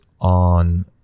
on